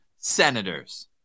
Senators